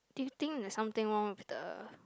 did you think there's something wrong with the